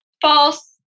False